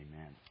amen